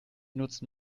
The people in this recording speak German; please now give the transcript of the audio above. nutzen